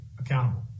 accountable